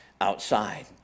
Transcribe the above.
outside